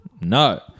No